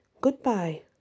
goodbye